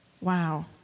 wow